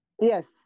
Yes